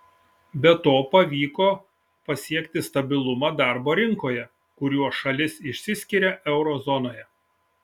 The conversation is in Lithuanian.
be to pavyko pasiekti stabilumą darbo rinkoje kuriuo šalis išsiskiria euro zonoje